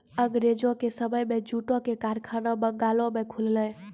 अंगरेजो के समय मे जूटो के कारखाना बंगालो मे खुललै